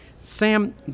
sam